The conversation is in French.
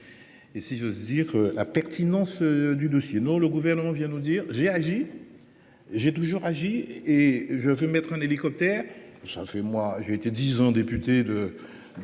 Et si j'ose dire la pertinence du dossier. Non, le gouvernement vient nous dire j'ai agi. J'ai toujours agi et je vais mettre un hélicoptère s'en fait moi j'ai été 10 ans, députée de.